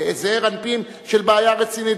כזעיר אנפין של בעיה רצינית,